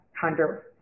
Hunter